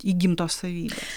įgimtos savybės